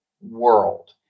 world